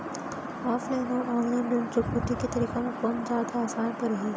Offline अऊ online ऋण चुकौती के तरीका म कोन जादा आसान परही?